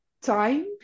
time